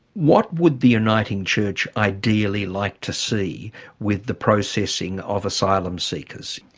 what would the uniting church ideally like to see with the processing of asylum seekers?